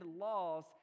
laws